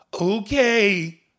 Okay